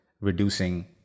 reducing